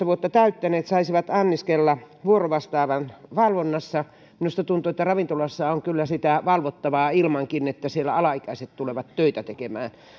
vuotta täyttäneet saisivat anniskella vuorovastaavan valvonnassa minusta tuntuu että ravintolassa on kyllä sitä valvottavaa ilmankin että siellä alaikäiset tulevat töitä tekemään